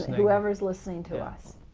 whoever is listening to us.